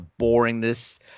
boringness